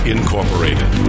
Incorporated